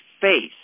face